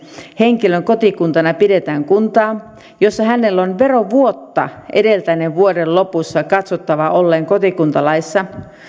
henkilön kotikuntana pidetään kuntaa jossa hänellä on verovuotta edeltäneen vuoden lopussa katsottava olleen kotikuntalaissa